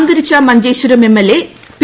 അന്തരിച്ച Manjeshwaram MLA P